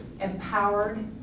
empowered